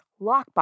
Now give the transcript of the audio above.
lockbox